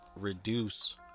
reduce